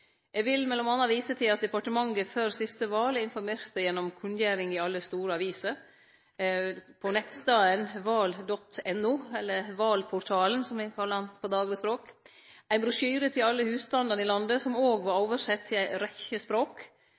Eg vil m.a. vise til at departementet før siste val informerte gjennom kunngjeringar i alle store aviser på nettstaden valg.no – eller valportalen, som me kallar han i daglegspråket ein brosjyre til alle husstandane i landet, som òg var omsett til ei rekkje språk